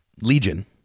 Legion